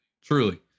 truly